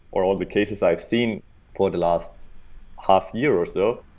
or all the cases i've seen for the last half year or so,